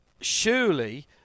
Surely